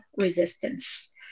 resistance